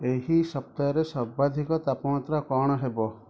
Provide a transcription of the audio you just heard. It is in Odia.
ଏହି ସପ୍ତାହରେ ସର୍ବାଧିକ ତାପମାତ୍ରା କ'ଣ ହେବ